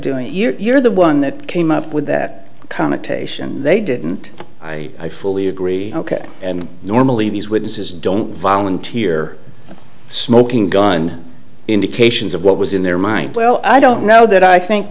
doing it you're the one that came up with that connotation they didn't i fully agree ok and normally these witnesses don't volunteer smoking gun indications of what was in their mind well i don't know that i think